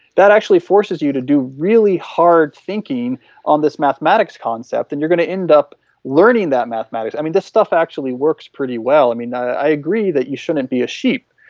that actually forces you to do really hard thinking on this mathematics concept and you are going to end up learning that mathematics. i mean this stuff actually works pretty well, i mean i agree that you shouldn't be a sheep,